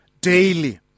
daily